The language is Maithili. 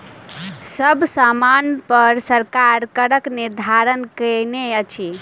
सब सामानपर सरकार करक निर्धारण कयने अछि